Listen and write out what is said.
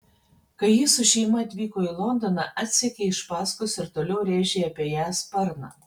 kai ji su šeima atvyko į londoną atsekei iš paskos ir toliau rėžei apie ją sparną